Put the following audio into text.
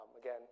again